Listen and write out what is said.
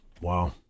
Wow